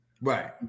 Right